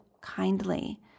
kindly